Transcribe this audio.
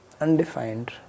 undefined